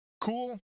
cool